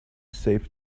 save